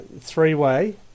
three-way